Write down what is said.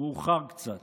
מאוחר קצת,